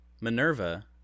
Minerva